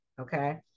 okay